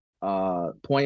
Point